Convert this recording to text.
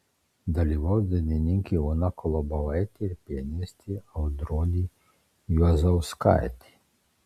dalyvaus dainininkė ona kolobovaitė ir pianistė audronė juozauskaitė